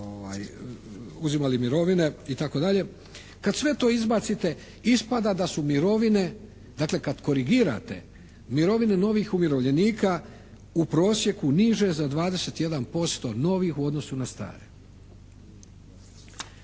uzimali mirovine itd. Kad sve to izbacite ispada da su mirovine, dakle kad korigirate mirovine novih umirovljenika u prosjeku niže za 21% novih u odnosu na stare.